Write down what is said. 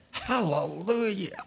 Hallelujah